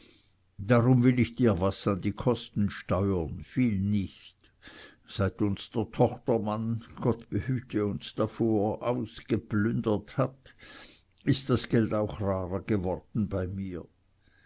darum will ich dir was an die kosten steuern viel nicht seit uns der tochtermann gott behüte uns davor ausgeplündert hat ist das geld auch rarer geworden bei mir